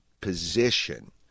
position